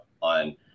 on